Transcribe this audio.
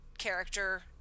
character